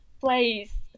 place